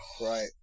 Right